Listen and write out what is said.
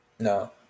No